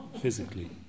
physically